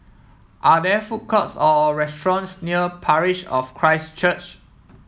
are there food courts or restaurants near Parish of Christ Church